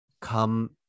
come